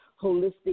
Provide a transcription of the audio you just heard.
Holistic